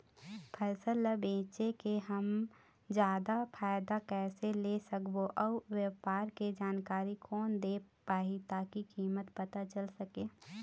फसल ला बेचे के हम जादा फायदा कैसे ले सकबो अउ व्यापार के जानकारी कोन दे पाही ताकि कीमत पता चल सके?